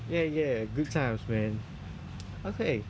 ya ya good times man okay